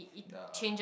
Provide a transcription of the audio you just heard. the